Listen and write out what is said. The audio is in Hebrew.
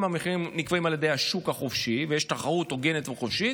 אם המחירים נקבעים על ידי השוק החופשי ויש תחרות הוגנת וחופשית,